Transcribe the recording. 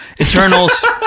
Eternals